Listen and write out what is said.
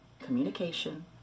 Communication